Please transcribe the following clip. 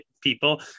people